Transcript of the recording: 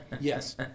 yes